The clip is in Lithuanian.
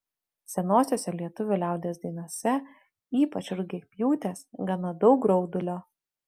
senosiose lietuvių liaudies dainose ypač rugiapjūtės gana daug graudulio